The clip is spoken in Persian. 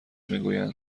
میگویند